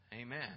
Amen